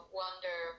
wonder